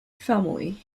family